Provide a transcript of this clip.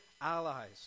allies